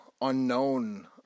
unknown